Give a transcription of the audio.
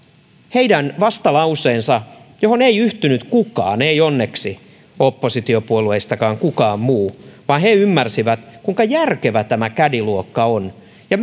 heidän vastalauseeseensa ei yhtynyt kukaan ei onneksi oppositiopuolueistakaan kukaan muu vaan he ymmärsivät kuinka järkevä tämä caddy luokka on ja